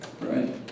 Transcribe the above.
Right